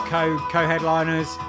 Co-headliners